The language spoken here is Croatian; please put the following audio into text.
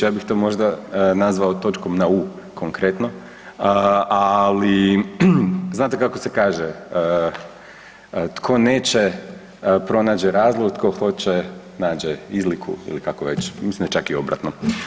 Ja bih to možda nazvao točkom na u, konkretno, ali znate kako se kaže, tko neće pronađe pronađe razlog, to hoće nađe izliku, ili kako već, mislim da čak i obratno.